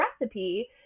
recipe